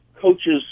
coaches